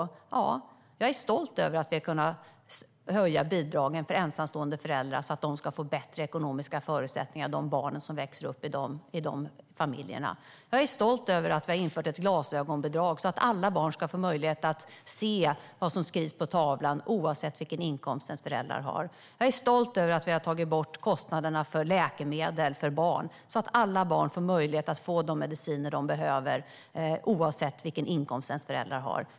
Ja, jag är stolt över att vi har kunnat höja bidragen för ensamstående föräldrar så att barnen som växer upp i de familjerna får bättre ekonomiska förutsättningar. Jag är stolt över att vi har infört ett glasögonbidrag, så att alla barn får möjlighet att se vad som skrivs på tavlan oavsett vilken inkomst deras föräldrar har. Jag är stolt över att vi har tagit bort kostnaderna för läkemedel för barn, så att alla barn får möjlighet att få de mediciner de behöver oavsett vilken inkomst deras föräldrar har.